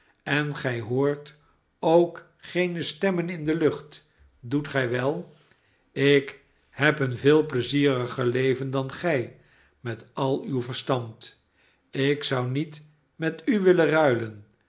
en gij hoort ook geene stemmen in de lucht doet gij wel ik heb een veel pleizieriger leven dan gij met al uw verstand ik zou niet met u willen ruilen